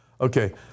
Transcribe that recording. Okay